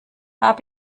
hab